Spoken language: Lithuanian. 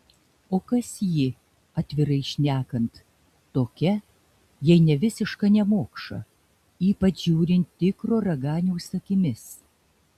o kas ji atvirai šnekant tokia jei ne visiška nemokša ypač žiūrint tikro raganiaus akimis